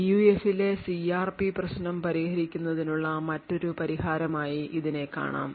പിയുഎഫിലെ CRP പ്രശ്നം പരിഹരിക്കുന്നതിനുള്ള നല്ലൊരു പരിഹാരമായി ഇതിനെ കാണാം